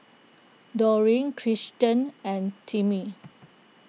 Doreen Krysten and Timmie